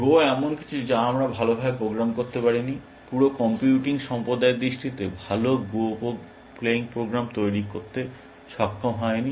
গো এমন কিছু যা আমরা ভালভাবে প্রোগ্রাম করতে পারিনি পুরো কম্পিউটিং সম্প্রদায়ের দৃষ্টিতে ভাল গো প্লেয়িং প্রোগ্রাম তৈরি করতে সক্ষম হয়নি